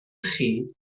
chi